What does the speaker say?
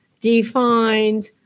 defined